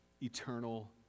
Eternal